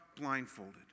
blindfolded